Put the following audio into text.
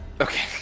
Okay